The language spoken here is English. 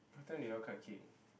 what time did you all cut the cake